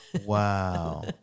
Wow